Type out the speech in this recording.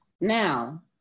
Now